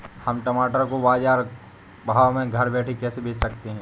हम टमाटर को बाजार भाव में घर बैठे कैसे बेच सकते हैं?